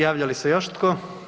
Javlja li se još tko?